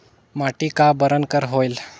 माटी का बरन कर होयल?